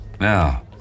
Now